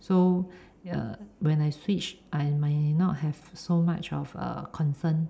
so uh when I switch I may not have so much of err concern